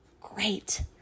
great